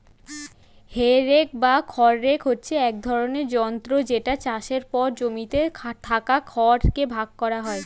হে rake বা খড় rake হচ্ছে এক ধরণের যন্ত্র যেটা চাষের পর জমিতে থাকা খড় কে ভাগ করা হয়